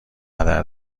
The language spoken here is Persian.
هدر